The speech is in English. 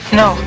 no